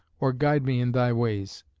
or guide me in thy ways.